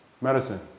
medicine